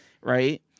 right